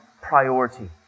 priority